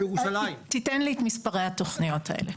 תיתן לי את מספרי התוכניות האלה.